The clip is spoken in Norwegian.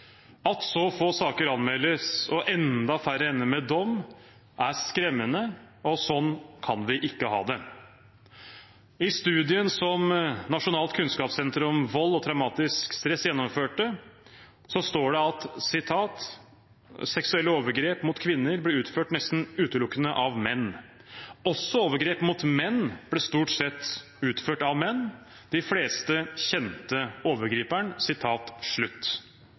At så få saker anmeldes, og enda færre ender med dom, er skremmende, og sånn kan vi ikke ha det. I studien som Nasjonalt kunnskapssenter om vold og traumatisk stress gjennomførte, står det: «Seksuelle overgrep mot kvinner ble utført nesten utelukkende av menn. Også overgrep mot menn ble stort sett utført av menn. De aller fleste kjente overgriperen.»